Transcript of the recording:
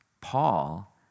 Paul